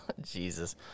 Jesus